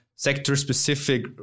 sector-specific